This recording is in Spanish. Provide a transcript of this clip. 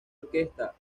orquesta